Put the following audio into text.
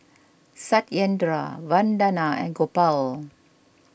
Satyendra Vandana and Gopal